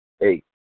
Eight